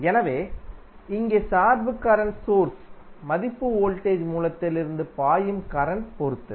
எனவே இங்கே சார்பு கரண்ட் சோர்ஸ் மதிப்பு வோல்டேஜ் மூலத்திலிருந்து பாயும் கரண்ட் பொறுத்தது